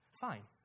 Fine